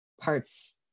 parts